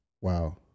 wow